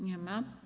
Nie ma.